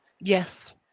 yes